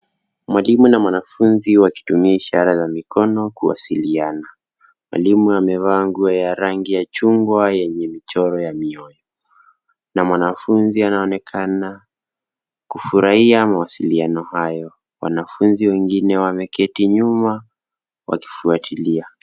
Mwalimu na mwanafunzi wakitumia ishara za mikono kuwasiliana, mwalimu amevaa nguo ya rangi ya chungwa yenye michoro ya mioyo, na mwanafunzi anaonekana kufurahia mawasiliano hayo. Wanafunzi wengine wameketi nyuma, wakifuatilia.